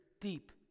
deep